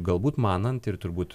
galbūt manant ir turbūt